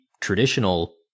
traditional